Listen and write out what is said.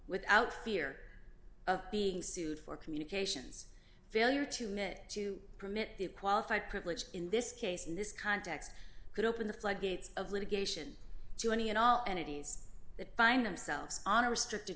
without fear of being sued for communications failure to mit to permit the qualified privilege in this case in this context could open the floodgates of litigation to any and all entities that find themselves on a restricted